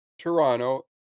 Toronto